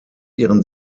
ihren